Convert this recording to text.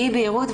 אי בהירות,